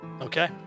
Okay